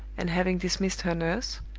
and having dismissed her nurse,